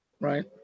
Right